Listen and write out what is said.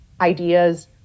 ideas